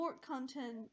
content